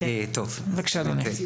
בבקשה, אדוני.